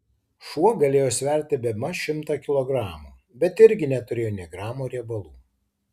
šuo galėjo sverti bemaž šimtą kilogramų bet irgi neturėjo nė gramo riebalų